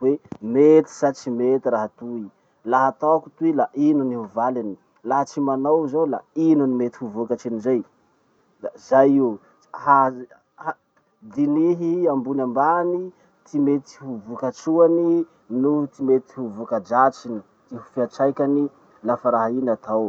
hoe mety sa tsy mety raha toy. Laha ataoko toy la ino gny valiny, laha tsy manao zaho la ino gny mety ho vokatrin'izay. Da zay io. Haz- Dinihy ambony ambany ty mety ho vokatsoany noho ty mety ho vokadratsiny, ty ho fiatraikany lafa raha iny atao.